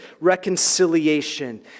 reconciliation